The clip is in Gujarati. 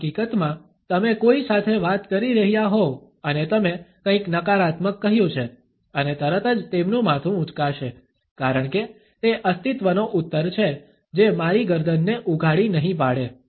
હકીકતમાં તમે કોઈ સાથે વાત કરી રહ્યા હોવ અને તમે કંઈક નકારાત્મક કહ્યું છે અને તરત જ તેમનું માથુ ઉંચકાશે કારણકે તે અસ્તિત્વનો ઉત્તર છે જે મારી ગરદનને ઉઘાડી નહીં પાડે